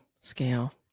scale